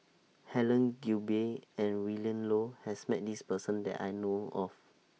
Helen Gilbey and Willin Low has Met This Person that I know of